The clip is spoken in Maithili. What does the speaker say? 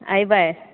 आयबै